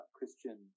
Christian